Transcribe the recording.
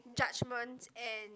judgement and